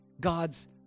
God's